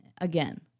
again